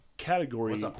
category